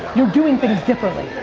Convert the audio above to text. you're doing things differently.